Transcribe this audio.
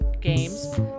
games